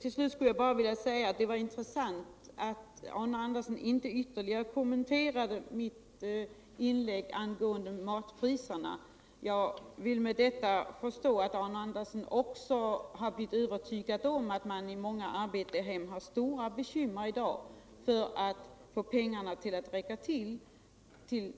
Till slut skulle jag bara vilja säga att det var intressant att Arne Andersson inte ytterligare kommenterade mitt inlägg angående matpriserna. Jag vill därmed förstå att Arne Andersson också blivit övertygad om att man i många arbetarhem har stora bekymmer i dag för att få pengarna att räcka till